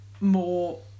more